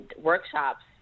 workshops